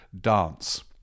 dance